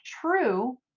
true